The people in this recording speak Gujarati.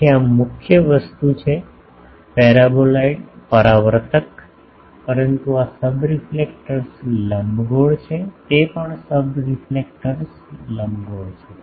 તેથી આ મુખ્ય વસ્તુ છે પેરાબોલોઇડ પરાવર્તક પરંતુ આ સબરીફલેક્ટર્સ લંબગોળ છે તે પણ સબરીફલેક્ટર્સ લંબગોળ છે